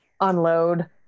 unload